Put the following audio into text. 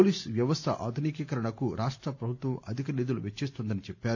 police వ్యవస్థ ఆధునికీకరణకు రాష్టప్రభుత్వం అధిక నిధులు వెచ్చిస్తోందని చెప్పారు